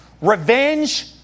revenge